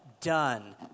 done